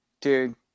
dude